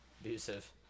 abusive